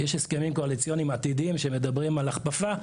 יש הסכמים קואליציוניים עתידיים שמדברים על הכפפה,